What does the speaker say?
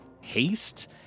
Haste